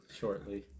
shortly